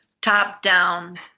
top-down